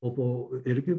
o po irgi